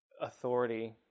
authority